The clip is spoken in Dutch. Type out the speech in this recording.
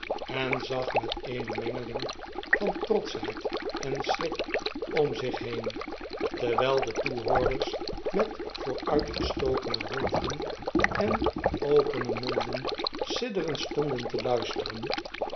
en zag met eene mengeling van trotschheid en schrik om zich heen terwjjl de toehoorders met vooruitgestokene hoofden en opene monden sidderend stonden te luisteren